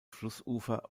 flussufer